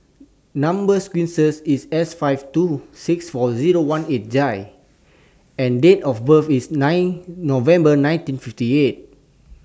Number sequences IS S five two six four Zero one eight J and Date of birth IS nine November nineteen fifty eight